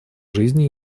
жизней